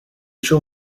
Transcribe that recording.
shall